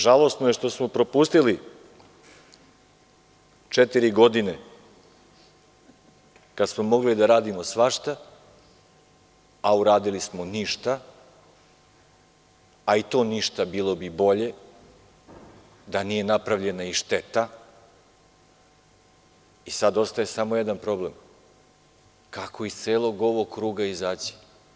Žalosno je što smo propustili četiri godine kad smo mogli da radimo svašta, a uradili smo ništa, a i to ništa bilo bi bolje da nije napravljena i šteta i sada ostaje samo jedan problem – kako iz celog ovog kruga izaći?